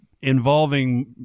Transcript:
involving